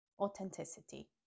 Authenticity